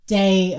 day